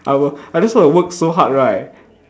I will I just want to work so hard right